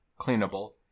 cleanable